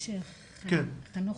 חנן